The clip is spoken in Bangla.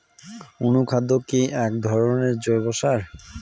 অনুখাদ্য কি এক ধরনের জৈব সার?